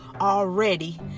already